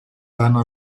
danno